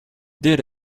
did